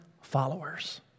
followers